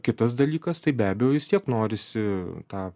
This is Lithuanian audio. kitas dalykas tai be abejo vis tiek norisi tą